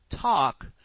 talk